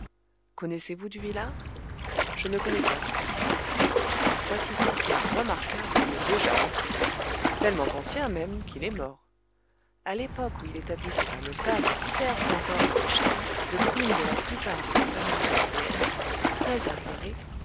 connaissez-vous duvillars je ne connais pas duvillars un statisticien remarquable mais déjà ancien tellement ancien même qu'il est mort a l'époque où il établit ses fameuses tables qui servent encore à l'échelle de primes de la plupart des compagnies européennes très arriérées